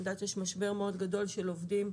אני יודעת שיש משבר מאוד גדול של עובדים,